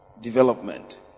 development